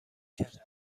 کرد